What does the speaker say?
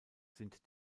sind